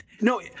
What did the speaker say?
no